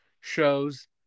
shows